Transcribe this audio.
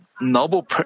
noble